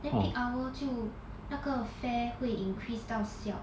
then peak hour 就那个 fare 会 increase 到 siao